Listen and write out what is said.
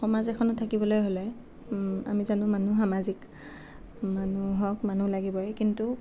সমাজ এখনত থাকিবলে হ'লে আমি জানোঁ মানুহ সামাজিক মানুহক মানুহ লাগিবয়ে কিন্তু